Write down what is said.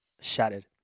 shattered